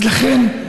אז לכן,